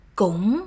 cũng